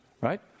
right